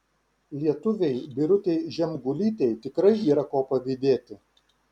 lietuvei birutei žemgulytei tikrai yra ko pavydėti